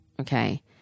okay